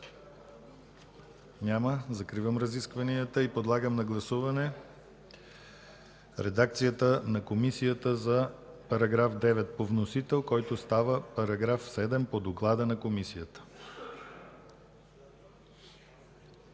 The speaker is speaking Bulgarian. Няма. Закривам разискванията. Подлагам на гласуване редакцията на Комисията за § 9 по вносител, който става § 7 по доклада на Комисията.